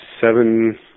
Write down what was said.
seven